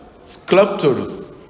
sculptors